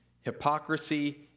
hypocrisy